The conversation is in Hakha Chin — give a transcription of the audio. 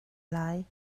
lai